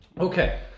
Okay